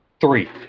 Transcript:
three